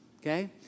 Okay